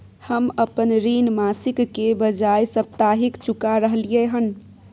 हम अपन ऋण मासिक के बजाय साप्ताहिक चुका रहलियै हन